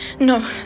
No